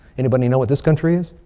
anybody know what this country is?